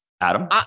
Adam